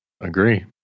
Agree